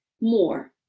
more